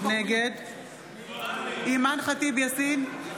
נגד אימאן ח'טיב יאסין,